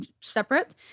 separate—